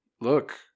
Look